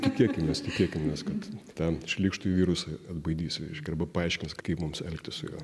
tikėkimės tikėkimės kad tą šlykštųjį virusą atbaidys reiškia arba paaiškins kaip mums elgtis su juo